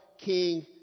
King